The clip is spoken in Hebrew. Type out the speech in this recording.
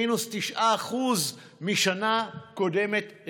היא מינוס 9% מהשנה הקודמת,